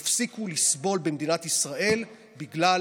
יפסיקו לסבול במדינת ישראל בגלל